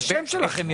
השם שלכם יפה.